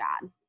god